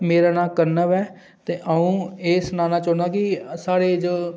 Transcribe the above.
मेरा नाम कनव ऐ ते अंऊ एह् सनाना चाह्न्ना कि साढ़े इद्धर